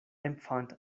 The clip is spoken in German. empfand